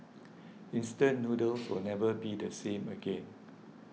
instant noodles will never be the same again